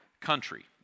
country